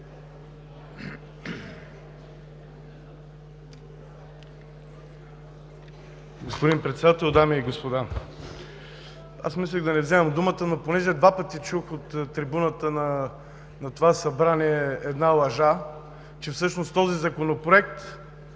(ОП): Господин Председател, дами и господа! Аз мислех да не вземам думата, но понеже два пъти чух от трибуната на това Събрание една лъжа, че всъщност този законопроект